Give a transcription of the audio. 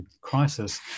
crisis